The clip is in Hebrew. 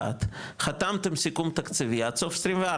חתמתם סיכום תקציבי עד סוף 24,